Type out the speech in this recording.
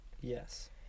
Yes